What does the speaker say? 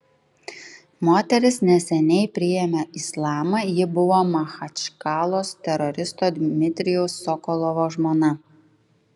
moteris neseniai priėmė islamą ji buvo machačkalos teroristo dmitrijaus sokolovo žmona